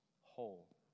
whole